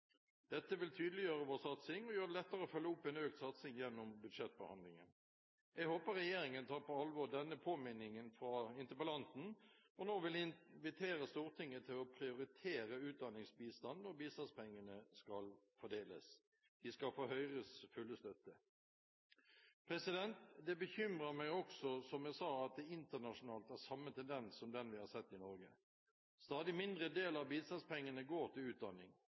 Dette vil tydeliggjøre vår satsing og gjøre det lettere å følge opp en økt satsing gjennom budsjettbehandlingen. Jeg håper regjeringen tar på alvor denne påminningen fra interpellanten og nå vil invitere Stortinget til å prioritere utdanningsbistand når bistandspengene skal fordeles. De skal få Høyres fulle støtte. Det bekymrer meg også at det internasjonalt er samme tendens som den vi har sett i Norge. En stadig mindre del av bistandspengene går til utdanning.